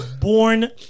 born